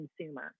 consumer